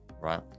right